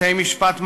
בתי-משפט מרשימים,